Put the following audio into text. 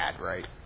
right